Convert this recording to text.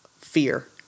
fear